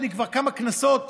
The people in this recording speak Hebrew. כבר כמה כנסות